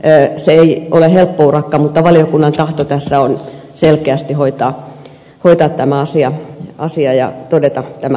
se ei ole helppo urakka mutta valiokunnan tahto tässä on selkeästi hoitaa tämä asia ja todeta tämä ongelma